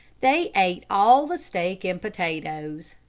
they ate all the steak and potatoes.